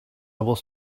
was